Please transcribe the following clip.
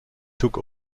took